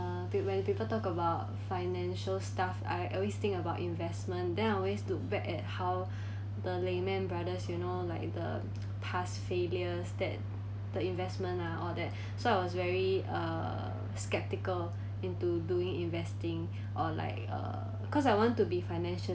uh when people talk about financial stuff I always think about investment then I always look back at how the lehman brothers you know like the past failures that the investment ah all that so I was very uh skeptical into doing investing or like uh cause I want to be financially